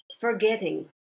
Forgetting